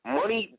money